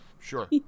Sure